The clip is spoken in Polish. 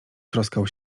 troskał